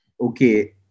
okay